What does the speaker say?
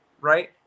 right